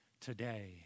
today